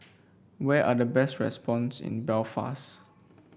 where are the best restaurants in Belfast